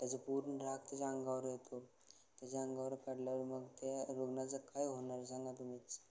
त्याचा पूर्ण राग त्याच्या अंगावर येतो त्याच्या अंगावर काढल्यावर मग त्या रुग्णाचं काय होणार सांगा तुम्हीच